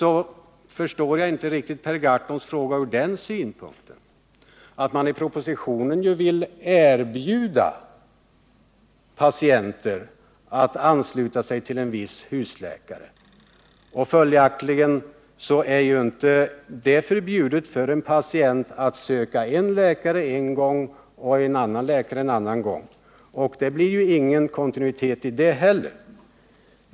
F. ö. förstår jag inte riktigt Per Gahrtons fråga från den synpunkten att man i propositionen vill erbjuda patienter att ansluta sig till en viss husläkare. Följaktligen är det inte förbjudet för en patient att söka en läkare en gång och en annan läkare en annan gång. Det blir ingen kontinuitet i det heller.